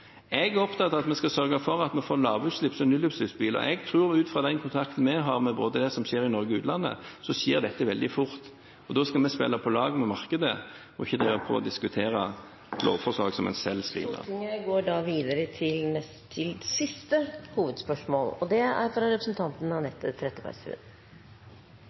Jeg er opptatt av at vi skal sørge for at vi får lavutslipps- og nullutslippsbiler. Jeg tror, ut fra den kontakten vi har med det som skjer i både Norge og utlandet, at dette skjer veldig fort, og da skal vi spille på lag med markedet og ikke drive på og diskutere lovforslag som en selv skrinla. Stortinget går da videre til siste hovedspørsmål. Mitt spørsmål går til